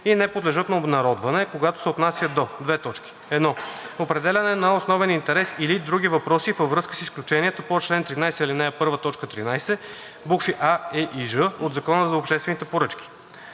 и не подлежат на обнародване, когато се отнасят до: 1. определяне на основен интерес или други въпроси във връзка с изключенията по чл. 13, ал. 1, т. 13, букви „а“, „е“ и „ж“ от Закона за обществените поръчки;